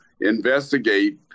investigate